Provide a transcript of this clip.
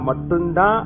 Matunda